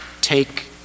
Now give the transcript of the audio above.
take